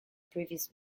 previous